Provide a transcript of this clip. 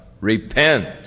repent